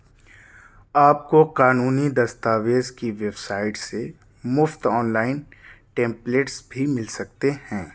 آپ کو قانونی دستاویز کی ویب سائٹ سے مفت آن لائن ٹیمپلیٹس بھی مل سکتے ہیں